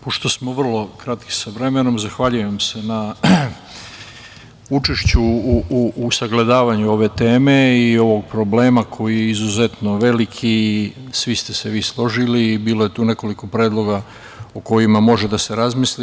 Pošto smo vrlo kratki sa vremenom, zahvaljujem se na učešću u sagledavaju ove teme i ovog problema koji je izuzetno veliki i svi ste se vi složili i bilo je tu nekoliko predloga o kojima može da se razmisli.